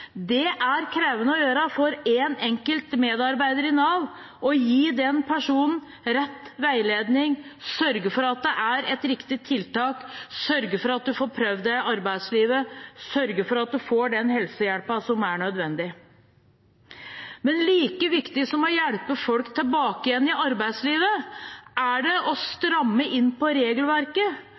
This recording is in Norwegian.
Det er krevende for én enkelt medarbeider i Nav bare å gi én person rett veiledning, sørge for at det er riktig tiltak, sørge for at man får prøvd seg i arbeidslivet, og sørge for at man får den helsehjelpen som er nødvendig. Like viktig som å hjelpe folk tilbake til arbeidslivet er det å stramme inn på regelverket,